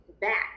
back